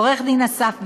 עורך-דין אסף וייס,